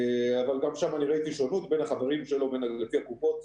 אבל גם שם אני ראיתי שונות בין החברים שלו לפי הקופות.